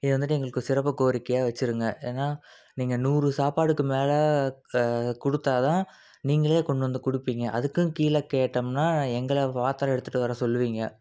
இது வந்துட்டு எங்களுக்கு சிறப்பு கோரிக்கையாக வச்சுருங்க ஏனால் நீங்கள் நூறு சாப்பாடுக்கு மேலே கொடுத்தாதான் நீங்களே கொண்டு வந்து கொடுப்பீங்க அதுக்கும் கீழே கேட்டோம்னால் எங்களை பாத்திரம் எடுத்துகிட்டு வர சொல்லுவீங்க